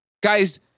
guys